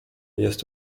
jest